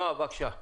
נועה, בבקשה.